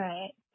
Right